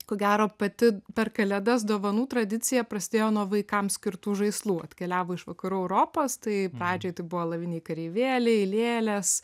ko gero pati per kalėdas dovanų tradicija prasidėjo nuo vaikams skirtų žaislų atkeliavo iš vakarų europos tai pradžioj tai buvo alaviniai kareivėliai lėlės